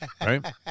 Right